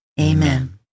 Amen